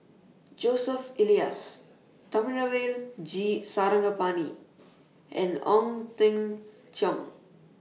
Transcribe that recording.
Joseph Elias Thamizhavel G Sarangapani and Ong Teng Cheong